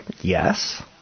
Yes